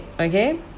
Okay